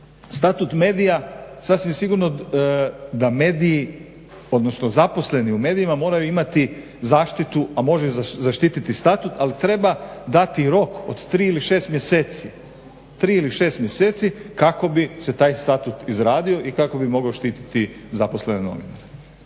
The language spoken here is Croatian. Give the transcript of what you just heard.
Statut medija. Sasvim sigurno da mediji, odnosno zaposleni u medijima moraju imati zaštitu, a može i zaštititi statut ali treba dati rok od 3 ili 6 mjeseci kako bi se taj statut izradio i kako bi mogao štititi zaposlene novinare.